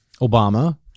Obama